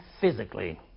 physically